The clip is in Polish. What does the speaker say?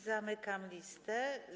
Zamykam listę.